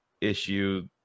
issue